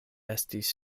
estis